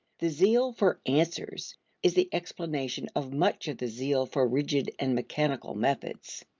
the zeal for answers is the explanation of much of the zeal for rigid and mechanical methods.